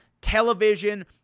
television